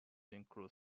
include